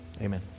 amen